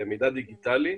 מידע דיגיטלי.